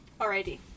Alrighty